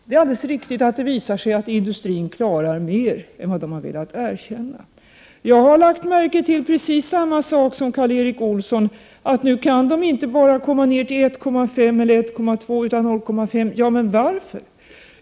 Det är alldeles riktigt att det visat sig att industrin klarar mer än man har velat erkänna. Jag har lagt märke till precis samma sak som Karl Erik Olsson, att man nu inte bara kan komma ner till 1,5 eller 1,2 utan 0,5. Men varför?